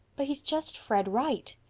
but he's just fred wright.